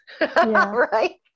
right